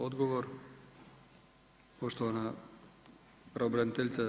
Odgovor poštovana pravobraniteljice.